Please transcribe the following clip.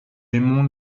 aimons